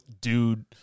dude